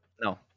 No